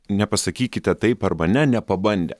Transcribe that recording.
nepasakykite taip arba ne nepabandę